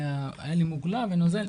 הייתה לי מוגלה ונוזל.